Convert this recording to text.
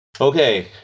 Okay